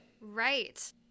Right